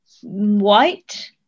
white